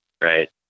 right